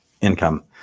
income